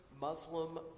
Muslim